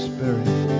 Spirit